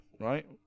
right